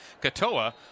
Katoa